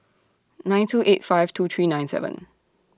nine two eight five two three nine seven